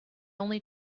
only